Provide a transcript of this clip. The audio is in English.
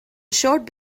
showed